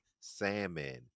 salmon